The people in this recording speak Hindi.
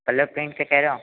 कलर प्रिंट के कह रहा हूँ